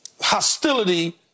hostility